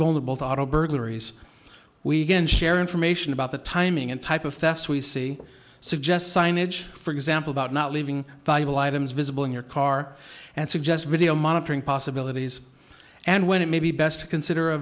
vulnerable to auto burglaries we can share information about the timing and type of thefts we see suggest signage for example about not leaving valuable items visible in your car and suggest video monitoring possibilities and when it may be best to consider a